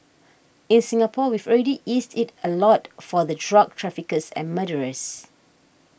in Singapore we've already eased it a lot for the drug traffickers and murderers